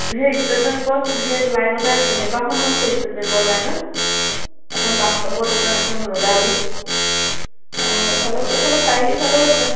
সেই ষ্টে'ট বেংকৰ সেই লাইনতে আছে কেইবাখনো আছে ষ্টে'ট বেংকৰ লাইনত এখন বাছষ্ট'পৰ দোকান এখন ৰ'দালি আৰু এইফালেও এইফালে চাৰিআলি ফালেও আছে